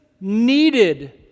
needed